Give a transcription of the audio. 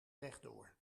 rechtdoor